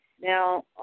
Now